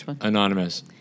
Anonymous